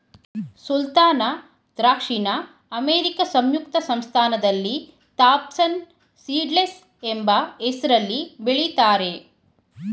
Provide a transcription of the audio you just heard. ಸುಲ್ತಾನ ದ್ರಾಕ್ಷಿನ ಅಮೇರಿಕಾ ಸಂಯುಕ್ತ ಸಂಸ್ಥಾನದಲ್ಲಿ ಥಾಂಪ್ಸನ್ ಸೀಡ್ಲೆಸ್ ಎಂಬ ಹೆಸ್ರಲ್ಲಿ ಬೆಳಿತಾರೆ